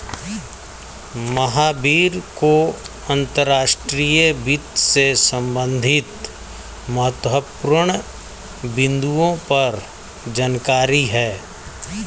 महावीर को अंतर्राष्ट्रीय वित्त से संबंधित महत्वपूर्ण बिन्दुओं पर जानकारी है